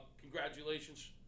Congratulations